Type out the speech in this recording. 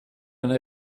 una